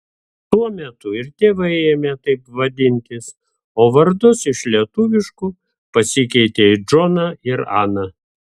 tuo metu ir tėvai ėmė taip vadintis o vardus iš lietuviškų pasikeitė į džoną ir aną